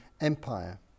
Empire